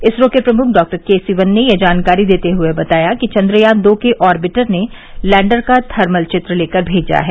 इसरो के प्रमुख doctor K Sivan ने यह जानकारी देते हुए बताया कि चंद्रयान दो के ऑर्विटर ने लैंडर का थर्मल चित्र लेकर भेजा है